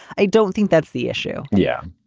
i don't think that's the issue yeah,